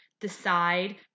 decide